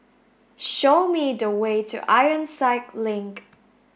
show me the way to Ironside Link